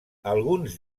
alguns